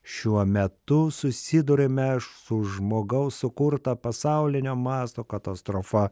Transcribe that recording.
šiuo metu susiduriame su žmogaus sukurta pasaulinio masto katastrofa